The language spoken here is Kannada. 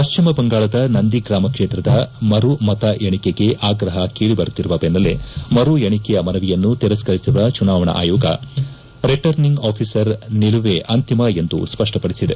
ಪಶ್ಚಿಮ ಬಂಗಾಳದ ನಂದಿಗ್ರಾಮ ಕ್ಷೇತ್ರದ ಮರು ಮತ ಎಣಿಕೆಗೆ ಆಗ್ರಹ ಕೇಳಿ ಬರುತ್ತಿರುವ ಬನ್ನಲ್ಲೇ ಮರು ಎಣಿಕೆಯ ಮನವಿಯನ್ನು ತಿರಸ್ಕರಿಸಿರುವ ಚುನಾವಣಾ ಆಯೋಗ ರಿಟರ್ನಿಂಗ್ ಆಫೀಸರ್ ನಿಲುವೆ ಅಂತಿಮ ಎಂದು ಸ್ವಷ್ವಪಡಿಸಿದೆ